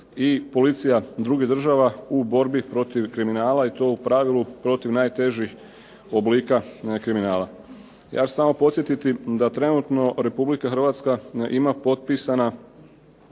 i policija drugih država u borbi protiv kriminala, i to u pravilu protiv najtežih oblika kriminala. Ja ću samo podsjetiti da trenutno Republika Hrvatska ima potpisana